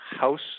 House